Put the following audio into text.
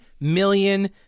million